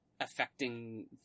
affecting